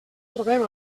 trobem